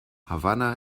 havanna